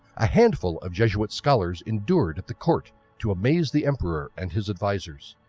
a handful of jesuit scholars endured at the court to amaze the emperor and his advisors.